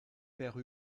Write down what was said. père